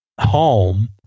home